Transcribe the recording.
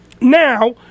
Now